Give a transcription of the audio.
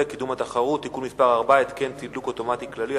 (קידום התחרות) (תיקון מס' 4) (התקן תדלוק אוטומטי כללי),